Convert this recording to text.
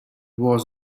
was